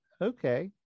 okay